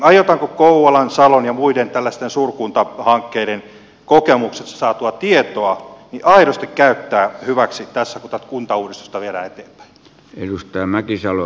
aiotaanko kouvolan salon ja muiden tällaisten suurkuntahankkeiden kokemuksesta saatua tietoa aidosti käyttää hyväksi tässä kun tätä kuntauudistusta viedään eteenpäin